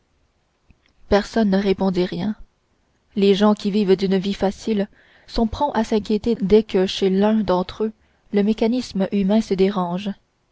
personne ne répondit rien les gens qui vivent d'une vie facile sont prompts à s'inquiéter dès que chez l'un d'entre eux le mécanisme humain se dérange